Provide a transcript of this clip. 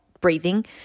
breathing